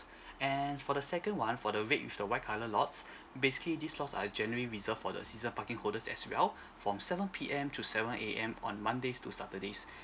and for the second one for the red with the white colour lots basically these lots are generally reserved for the season parking holders as well from seven P_M to seven A_M on monday to saturday